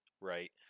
right